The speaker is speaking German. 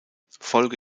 folge